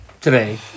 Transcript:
today